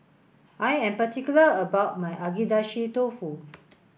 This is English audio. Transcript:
I am particular about my Agedashi dofu